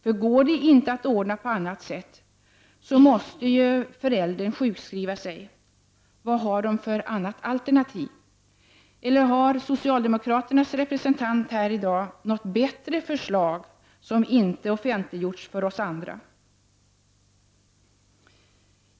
Om det inte går att ordna detta på annat sätt, måste föräldern sjukskriva sig. Vilket annat alternativ finns det? Eller har socialdemokraternas representant här i dag något bättre förslag, som inte offentliggjorts för oss andra?